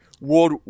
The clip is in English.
world